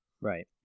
Right